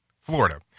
Florida